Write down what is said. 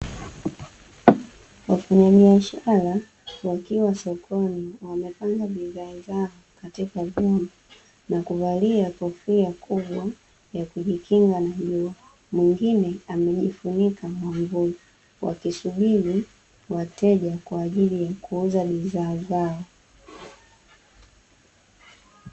Wafanyabiashara wakiwa sokoni wamepanga bidhaa zao katika vyungu na kuvalia kofia kubwa ya kujikinga na jua, mwingine amejifunika mwamvuli wakisubiri wateja kwaajili ya kuuza bidhaa zao.